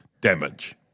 damage